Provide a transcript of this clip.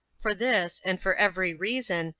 for this, and for every reason,